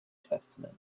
testament